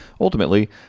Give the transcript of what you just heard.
ultimately